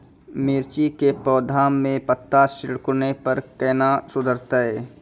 मिर्ची के पौघा मे पत्ता सिकुड़ने पर कैना सुधरतै?